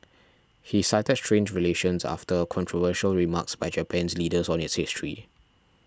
he cited strained relations after controversial remarks by Japan's leaders on its history